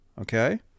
Okay